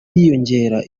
yiyongera